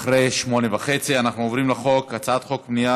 אחרי 20:30. אנחנו עוברים להצעת חוק פנייה